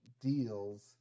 deals